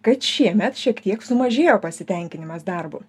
kad šiemet šiek tiek sumažėjo pasitenkinimas darbu